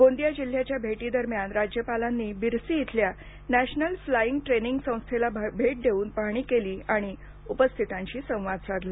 गोंदिया जिल्ह्याच्या भेटी दरम्यान राज्यपालांनी बिरसी इथल्या नॅशनल फ्लाइंग ट्रेनिंग संस्थेला भेट देऊन पाहणी केली आणि उपस्थितांशी संवाद साधला